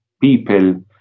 People